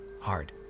hard